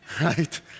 right